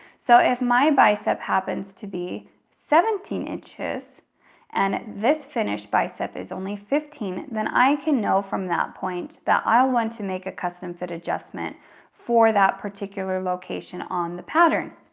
so if my bicep happens to be seventeen inches and this finished bicep is only fifteen then i can know from that point that i'll want to make a custom foot adjustment for that particular location on the pattern.